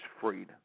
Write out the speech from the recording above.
freed